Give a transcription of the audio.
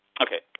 Okay